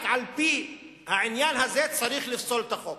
רק על-פי העניין הזה צריך לפסול את החוק.